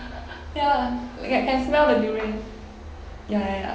ya can smell the durian ya ya ya